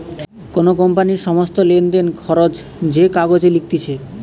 কোন কোম্পানির সমস্ত লেনদেন, খরচ যে কাগজে লিখতিছে